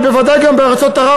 ובוודאי גם בארצות ערב,